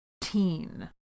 teen